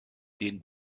den